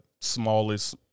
smallest